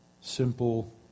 simple